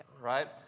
right